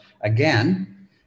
again